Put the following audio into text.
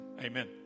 amen